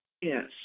Yes